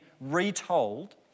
retold